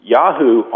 Yahoo